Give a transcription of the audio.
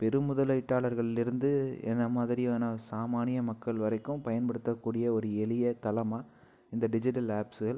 பெரும் முதலீட்டார்களிலிருந்து என்னை மாதிரியான சாமானிய மக்கள் வரைக்கும் பயன்படுத்த கூடிய ஒரு எளிய தளமாக இந்த டிஜிட்டல் ஆப்ஸுகள்